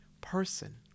person